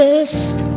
best